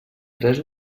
tres